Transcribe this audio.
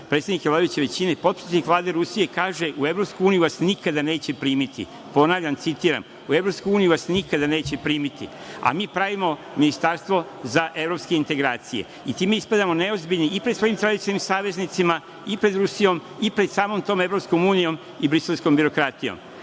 predstavnike vladajuće većine, potpredsednik Vlade Rusije, kaže – u Evropsku uniju vas nikada neće primiti, ponavljam, citiram – u Evropsku uniju vas nikada neće primiti, a mi pravimo ministarstvo za evropske integracije i time ispadamo neozbiljni i pred svojim tradicionalnim saveznicima i pred Rusijom i pred samom tom Evropskom unijom i briselskom birokratijom.U